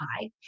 high